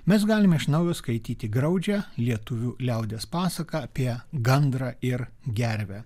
mes galime iš naujo skaityti graudžią lietuvių liaudies pasaką apie gandrą ir gervę